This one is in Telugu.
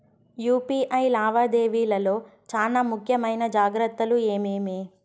యు.పి.ఐ లావాదేవీల లో చానా ముఖ్యమైన జాగ్రత్తలు ఏమేమి?